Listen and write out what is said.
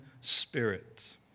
spirit